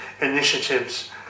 initiatives